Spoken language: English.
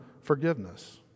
forgiveness